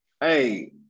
Hey